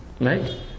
Right